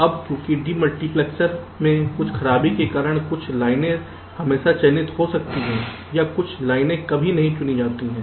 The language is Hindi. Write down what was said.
अब क्योंकि डीमुटीप्लेक्सर में कुछ खराबी के कारण कुछ लाइनें हमेशा चयनित हो सकती हैं या कुछ लाइनें कभी नहीं चुनी जाती हैं